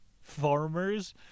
Farmers